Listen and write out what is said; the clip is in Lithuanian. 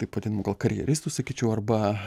taip vadinamų gal karjeristų sakyčiau arba